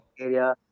area